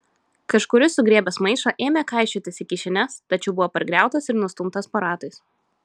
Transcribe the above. kažkuris sugriebęs maišą ėmė kaišiotis į kišenes tačiau buvo pargriautas ir nustumtas po ratais